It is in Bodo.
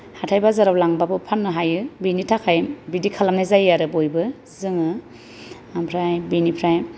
हाथाय बाजाराव लांबाबो फान्नो हायो बेनि थाखाय बिदि खालामनाय जायो आरो बयबो जोङो ओमफ्राय बेनिफ्राय